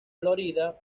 florida